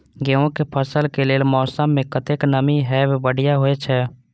गेंहू के फसल के लेल मौसम में कतेक नमी हैब बढ़िया होए छै?